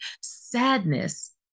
sadness